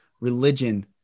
religion